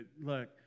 look